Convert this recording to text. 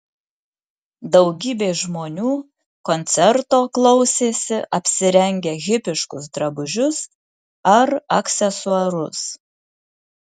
daugybė žmonių koncerto klausėsi apsirengę hipiškus drabužius ar aksesuarus